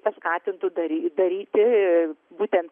paskatintų dary daryti būtent